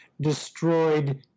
destroyed